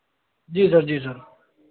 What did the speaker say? जी sir जी sir